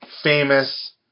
famous